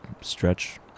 stretch